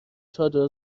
چادر